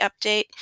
update